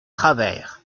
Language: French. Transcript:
travert